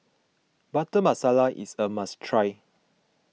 Butter Masala is a must try